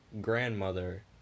grandmother